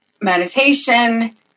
meditation